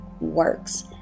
works